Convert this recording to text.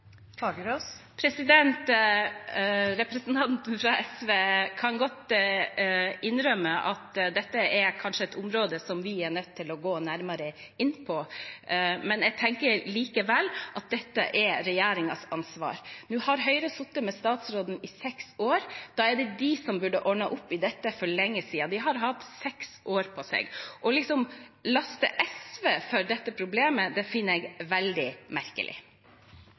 Representanten fra SV kan godt innrømme at dette kanskje er et område som vi er nødt til å gå nærmere inn på. Jeg tenker likevel at dette er regjeringens ansvar. Høyre har sittet med statsråden i seks år, og da er det de som burde ha ordnet opp i dette for lenge siden. De har hatt seks år på seg, og da å laste SV for dette problemet finner jeg veldig merkelig.